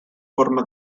forma